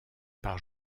par